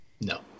No